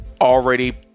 already